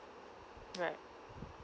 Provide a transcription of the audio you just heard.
right